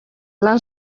lan